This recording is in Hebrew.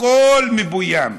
הכול מבוים.